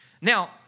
Now